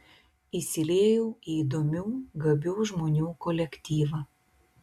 įsiliejau į įdomių gabių žmonių kolektyvą